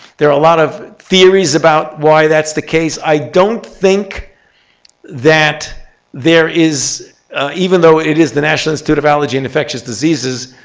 there are a lot of theories about why that's the case. i don't think that there is even though it is the national institute of allergy and infectious diseases,